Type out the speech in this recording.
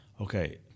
Okay